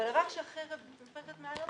אבל רק כשהחרב מתהפכת מעל הראש,